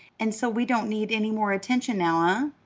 and so we don't need any more attention now, ah?